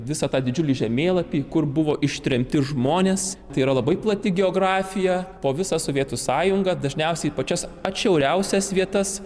visą tą didžiulį žemėlapį kur buvo ištremti žmonės tai yra labai plati geografija po visą sovietų sąjungą dažniausiai pačias atšiauriausias vietas